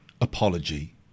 apology